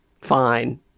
Fine